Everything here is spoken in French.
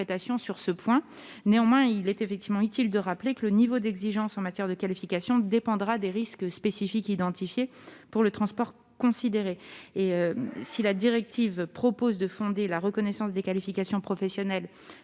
à cet égard. Néanmoins, il est effectivement utile de rappeler que le niveau d'exigences en matière de qualification dépendra des risques spécifiques identifiés pour le transport considéré. La directive propose de fonder la reconnaissance des qualifications professionnelles